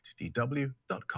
dw.com